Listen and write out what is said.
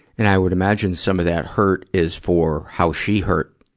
and i would imagine some of that hurt is for how she hurt,